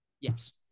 yes